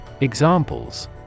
EXAMPLES